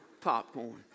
Popcorn